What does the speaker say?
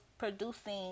Producing